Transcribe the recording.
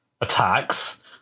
attacks